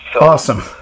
awesome